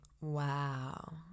Wow